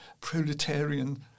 proletarian